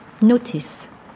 Notice